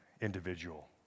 individual